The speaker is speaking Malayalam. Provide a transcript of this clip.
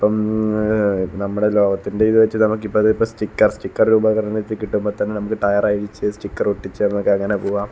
ഇപ്പം നമ്മുടെ ലോകത്തിൻ്റെ ഇത് വെച്ച് നമുക്കിപ്പോൾ ഇത് ഇപ്പോൾ സ്റ്റിക്കർ സ്റ്റിക്കർ ഉപകരണത്തിൽ കിട്ടുമ്പൊത്തന്നെ നമുക്ക് ടയർ അഴിച്ച് സ്റ്റിക്കർ ഒട്ടിച്ച് നമുക്ക് അങ്ങനെ പോവാം